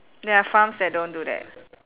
there are farms that don't do that